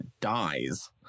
dies